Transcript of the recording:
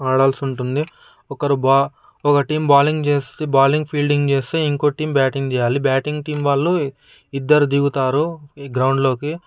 ఆడాల్సి ఉంటుంది ఒక్కరు బౌ ఒక టీం బౌలింగ్ చేస్తే బౌలింగ్ ఫీల్డింగ్ చేస్తూ ఇంకో టీం బ్యాటింగ్ చేయాలి బ్యాటింగ్ టీం వాళ్లు ఇద్దరు దిగుతారు గ్రౌండ్లోకి ఒక్కరు